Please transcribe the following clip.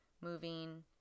moving